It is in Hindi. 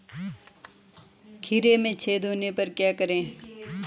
खीरे में छेद होने पर क्या करें?